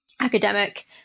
academic